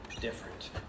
different